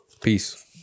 Peace